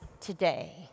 today